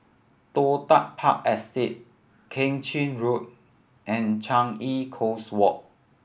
Toh Tuck Park Estate Keng Chin Road and Changi Coast Walk